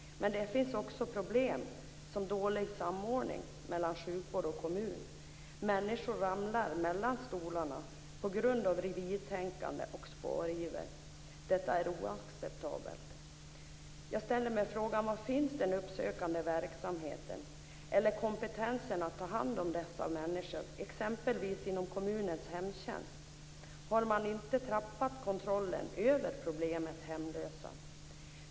Men det finns också problem, som dålig samordning mellan sjukvård och kommun. Människor ramlar mellan stolarna på grund av revirtänkande och spariver. Detta är oacceptabelt. Har man inte tappat kontrollen över problemet med de hemlösa?